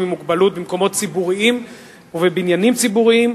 עם מוגבלות במקומות ציבוריים ובבניינים ציבוריים,